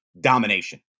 domination